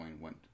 went